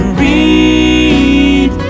read